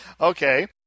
Okay